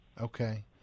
Okay